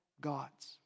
God's